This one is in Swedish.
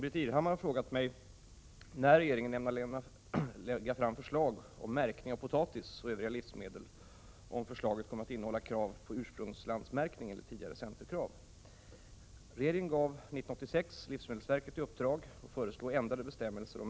Ett av våra viktigaste baslivsmedel är potatisen. Svenska konsumenter efterfrågar bl.a. svenskproducerad potatis, vilken inte blivit behandlad med exempelvis DDT, tillförts kvicksilver via rötslam eller strålbehandlats.